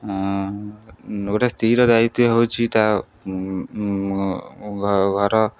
ଗୋଟେ ସ୍ଥିର ଦାୟିତ୍ୱ ହେଉଛିି ତା ଘର